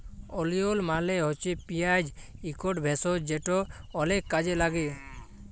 ওলিয়ল মালে হছে পিয়াঁজ ইকট ভেষজ যেট অলেক কাজে ল্যাগে